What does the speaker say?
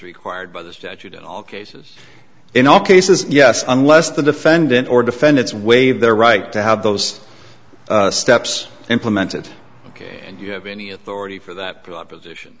required by the statute in all cases in all cases yes unless the defendant or defendants waive their right to have those steps implemented ok and you have any authority for that proposition